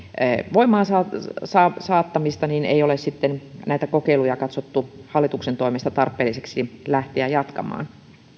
voimaansaattamista ja ei ole sitten katsottu hallituksen toimesta tarpeelliseksi lähteä jatkamaan näitä kokeiluja